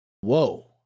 Whoa